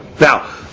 Now